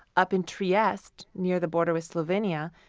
up in trieste, near the border with slovenia,